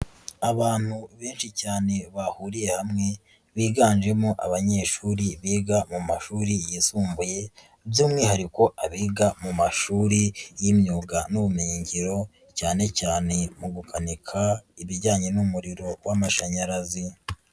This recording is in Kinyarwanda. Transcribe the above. Abantu benshi cyane bahuriye hamwe biganjemo abanyeshuri biga mu mashuri yisumbuye by'umwihariko abiga mu mashuri y'imyuga n'ubumenyingiro, cyane cyane mu gukanika ibijyanye n'umuriro w'amashanyarazi.